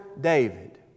David